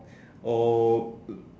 oh